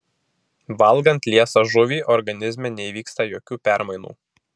valgant liesą žuvį organizme neįvyksta jokių permainų